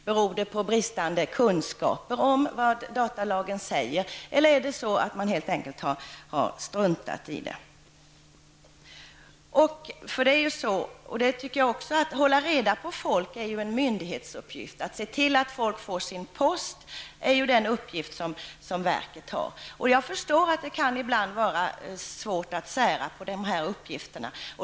Beror det på bristande kunskaper om vad datalagen säger eller har man helt enkelt struntat i den? Att hålla reda på människor är ju en myndighetsuppgift. Att se till att människor får sin post är den uppgift som verket har. Jag förstår att det ibland kan vara svårt att sära på uppgifterna.